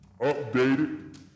updated